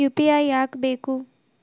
UPI ಯಾಕ್ ಬೇಕು?